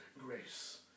grace